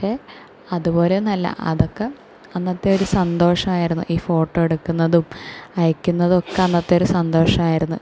പക്ഷെ അതുപോലെ ഒന്നുമല്ല അതൊക്കെ അന്നത്തെ ഒരു സന്തോഷമായിരുന്നു ഈ ഫോട്ടോ എടുക്കുന്നതും അയക്കുന്നതും ഒക്കെ അന്നത്തെ ഒരു സന്തോഷമായിരുന്നു